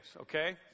okay